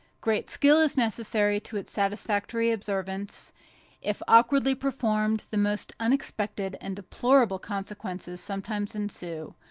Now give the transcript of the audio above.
great skill is necessary to its satisfactory observance if awkwardly performed the most unexpected and deplorable consequences sometimes ensue.